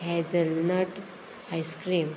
hazelnut ice-cream